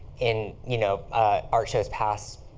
in you know art shows past,